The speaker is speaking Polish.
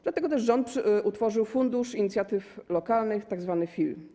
Dlatego też rząd utworzył Fundusz Inicjatyw Lokalnych, tzw. FIL.